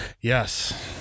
Yes